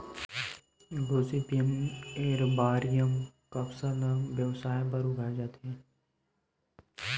Gossypium arboreum कपसा ल बेवसाय बर उगाए जाथे